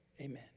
amen